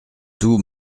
tout